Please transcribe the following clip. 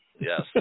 yes